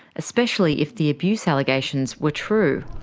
especially if the abuse allegations were true.